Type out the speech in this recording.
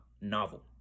novel